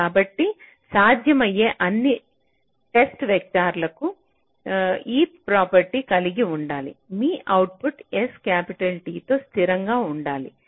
కాబట్టి సాధ్యమయ్యే అన్ని టెస్ట్ వెక్టర్లకు ఈ ప్రాపర్టీ కలిగి ఉండాలి మీ అవుట్పుట్ S లో స్థిరంగా ఉండాలి